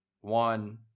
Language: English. one